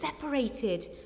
separated